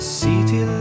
city